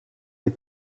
des